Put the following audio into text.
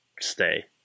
stay